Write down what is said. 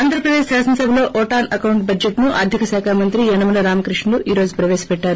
ఆంధ్రప్రదేశ్ శాసనసభలో vote on account బడ్లెట్ను ఆర్గిక శాఖ మంత్రి యనమల రామక్పష్టుడు ఈ రోజు ప్రవేశపెట్టారు